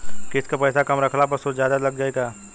किश्त के पैसा कम रखला पर सूद जादे लाग जायी का?